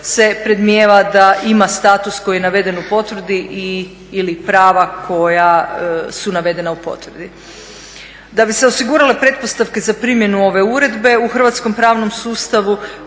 se predmnijeva da ima status koji je naveden u potvrdi i ili prava koja su navedena u potvrdi. Da bi se osigurale pretpostavke za primjenu ove uredbe u hrvatskom pravnom sustavu